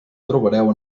trobareu